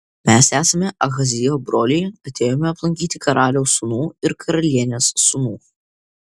mes esame ahazijo broliai atėjome aplankyti karaliaus sūnų ir karalienės sūnų